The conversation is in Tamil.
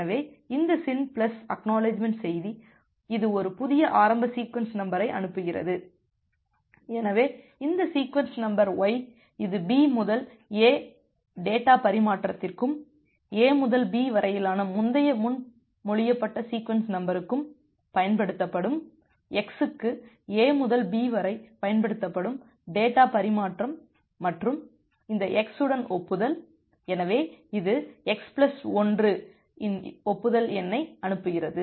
எனவே இந்த SYN பிளஸ் ACK செய்தி இது ஒரு புதிய ஆரம்ப சீக்வென்ஸ் நம்பரை அனுப்புகிறது எனவே இந்த சீக்வென்ஸ் நம்பர் y இது B முதல் A டேட்டா பரிமாற்றத்திற்கும் A முதல் B வரையிலான முந்தைய முன்மொழியப்பட்ட சீக்வென்ஸ் நம்பருக்கும் பயன்படுத்தப்படும் x க்கு A முதல் B வரை பயன்படுத்தப்படும் டேட்டா பரிமாற்றம் மற்றும் இந்த x உடன் ஒப்புதல் எனவே இது x பிளஸ் 1 இன் ஒப்புதல் எண்ணை அனுப்புகிறது